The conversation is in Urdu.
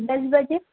دس بجے